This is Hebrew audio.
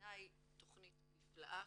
בעיני היא תכנית נפלאה,